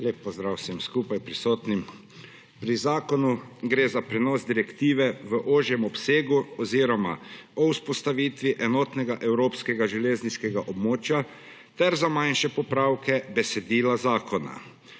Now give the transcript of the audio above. Lep pozdrav vsem skupaj prisotnim! Pri zakonu gre za prenos direktive v ožjem obsegu oziroma o vzpostavitvi enotnega evropskega železniškega območja ter za manjše popravke besedila zakona.